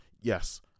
Yes